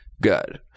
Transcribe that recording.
good